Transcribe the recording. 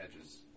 edges